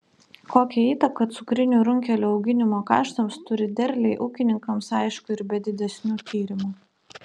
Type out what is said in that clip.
kokią įtaką cukrinių runkelių auginimo kaštams turi derliai ūkininkams aišku ir be didesnių tyrimų